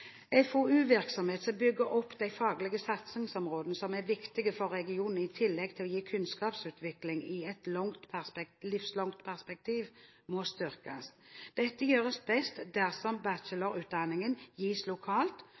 som bygger opp de faglige satsingsområdene som er viktige for regionen i tillegg til å gi kunnskapsutvikling i et livslangt perspektiv, må styrkes. Dette gjøres best dersom bachelorutdanningen gis lokalt